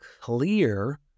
clear